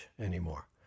anymore